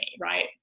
right